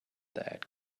that